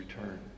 return